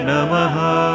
Namaha